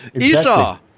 Esau